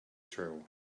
trail